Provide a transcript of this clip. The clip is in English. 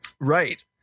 right